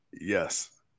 Yes